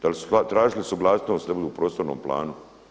Da li su tražili suglasnost da budu u prostornom planu?